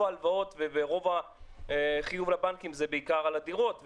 ההלוואות ורוב החוב לבנקים זה בעיקר על הדירות,